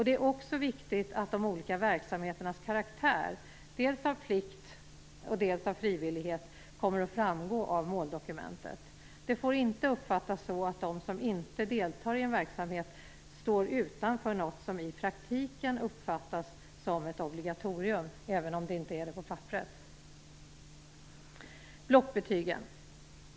Det är också viktigt att de olika verksamheternas karaktär av dels plikt och dels frivillighet kommer att framgå av måldokumentet. Det får inte vara så att de som inte deltar i en verksamhet står utanför något som i praktiken uppfattas som ett obligatorium, även om det inte är så på papperet. Sedan vill jag ta upp blockbetygen.